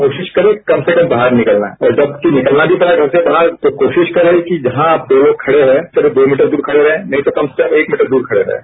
कोशिश करें कम से कम बाहर निकलना है और जबकि निकलना भी पड़ा घर से बाहर तो कोशिश करें कि जहां आप दो लोग खड़े हैं करीब दो मीटर दूर खड़े रहें नहीं तो कम से कम एक मीटर दूर खड़े रहें